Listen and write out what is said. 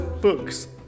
books